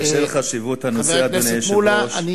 אדוני היושב-ראש?